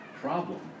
problem